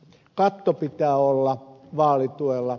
katto pitää olla vaalituella